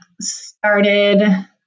started